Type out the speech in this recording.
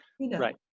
right